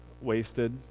wasted